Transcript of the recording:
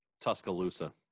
Tuscaloosa